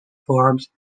forbes